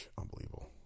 Unbelievable